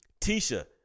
Tisha